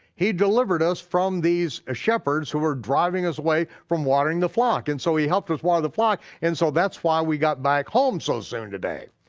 he delivered us from these ah shepherds who were driving us away from watering the flock, and so he helped us water the flock and so that's why we got back home so soon today.